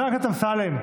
חבר הכנסת אמסלם.